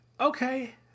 okay